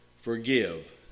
forgive